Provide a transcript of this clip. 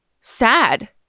sad